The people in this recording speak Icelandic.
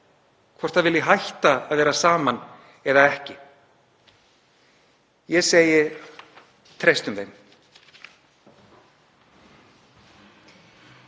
hvort það vill hætta að vera saman eða ekki? Ég segi: Treystum því.